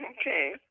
Okay